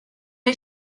les